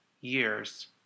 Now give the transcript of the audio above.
years